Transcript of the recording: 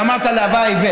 ואמרת: הלוואי.